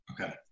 Okay